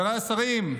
חבריי השרים,